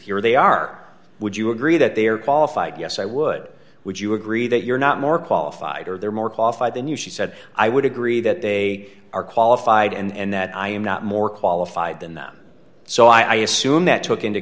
here they are would you agree that they are qualified yes i would would you agree that you're not more qualified or they're more qualified than you she said i would agree that they are qualified and that i am not more qualified than them so i assume that took into